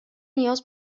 نیاز